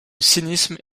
cynisme